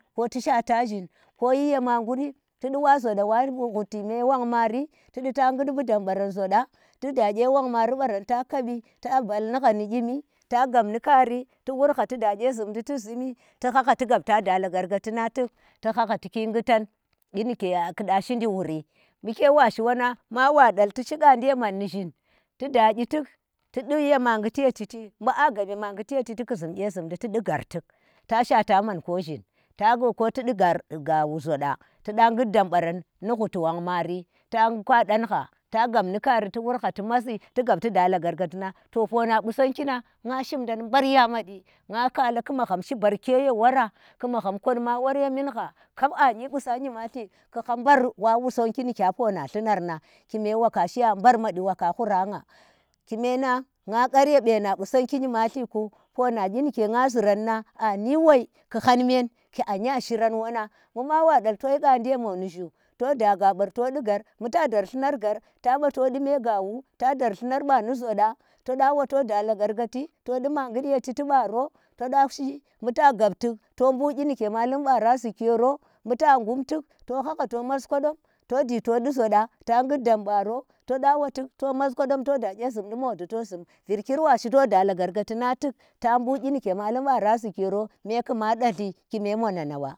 Ko ti shwata zhin ko yiri yema ghuri, ti di wa zoda wa hguti me whang mari, tidi tida ghud bu dam ba ran zoda, tida gye whong maari baran ta kabi ta bal nugba ni gyimi ta gab ni kari warha ti da gye zhumdi ti zhimi ti hanga ti gab tuda lagarkati nang tik ti hanga tiki ghutan gyi nike ki da shiji wuri ke washi wanang bu maa wa dalt ti shi ghadi ye man ni nyin tida gyi tik tidi yema shili ye chiti bu a gab yema ghuti ye chiti ku zhum gye zhundi, tidu ghar tik ti da shwata man ko zhin tawa ko tidi ghar gawu zodatda ghud dam baram ni huti whong mari ta kwada ha gab i kari ti wurhha ti masa, togab tida lagar kati nang to poma qusong hang nga shim dan mbarya mkyi, ga kala ku mgham shi barke ye wora ku magham kodma yemin hha kap anyi qusa nyimalti ki ha mbar wa qusonggi nikya pona llunar, kyime waka shi na mbar makyi waka hu ra nga, kime nang nga kgar ye be na qusonggi nyimalti ku, pona kyi nike nga zuran nang anyi ki han men ki anya shiran wa nang. bu mawa dalti to yi ghadi ye ko mu zhu toda ghabar to di ghar bu ta dar llunar ghar tu wato di me gawo dar llunar ba nu zoda to da wwa to da lagarkati to di ma ghud ye chiti ba ro, to dime gawu llunar ba nu zoda to da wwa to da la garkati to di ma ghud ye chiti ba no to dashi bu ta gabtiki, kyi ni ke malam bara zuki yoro ba tu ghum tik to hanga to mab kodo mi to ji to di zoda a ghud dam ba ro to da wutik to mas kodam to da kye zhumdi mukdi to zhumi virkir washi to da lagarkati na tik ta bu kyi ndike malum wara zhiki yoro me ku maa datli ki me monana wa.